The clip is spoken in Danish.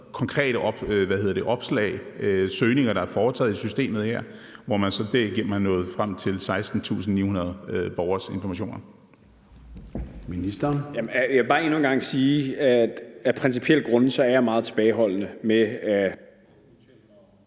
konkrete søgninger, der er foretaget i systemet her, hvor man så derigennem er nået frem til 16.900 borgeres informationer.